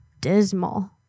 dismal